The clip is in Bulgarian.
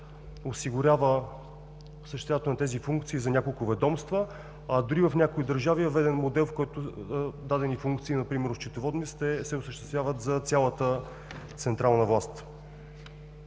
осигурява осъществяването на тези функции за няколко ведомства. Дори в някои държави е въведен модел, в който дадени функции – например счетоводни, се осъществяват за цялата централна власт.